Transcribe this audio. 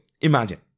imagine